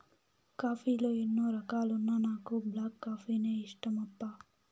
coffee లో ఎన్నో రకాలున్నా నాకు బ్లాక్ కాఫీనే ఇష్టమప్పా